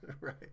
Right